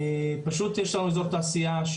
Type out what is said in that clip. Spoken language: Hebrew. פשוט יש איזור תעשייה,